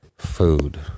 food